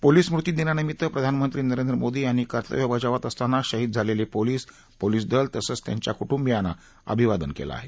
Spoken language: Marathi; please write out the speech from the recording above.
पोलीस स्मृती दिनानिमित्त प्रधानमंत्री नरेंद्र मोदी यांनी कर्तव्य बजावत असताना शहिद झालेले पोलीस पोलीस दल तसंच त्यांच्या कुटुंबीयांना अभिवादन केलं आहे